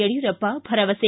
ಯಡಿಯೂರಪ್ಪ ಭರವಸೆ